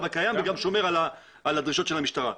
הקיים וגם שומר על הדרישות של המשטרה.